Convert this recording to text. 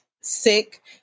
sick